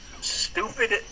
stupid